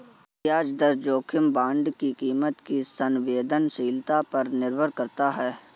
ब्याज दर जोखिम बांड की कीमत की संवेदनशीलता पर निर्भर करता है